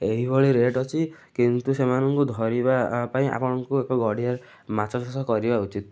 ଏହିଭଳି ରେଟ୍ ଅଛି କିନ୍ତୁ ସେମାନଙ୍କୁ ଧରିବା ପାଇଁ ଆପଣଙ୍କୁ ଏକ ଗଡ଼ିଆ ମାଛଚାଷ କରିବା ଉଚିତ